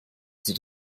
did